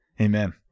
Amen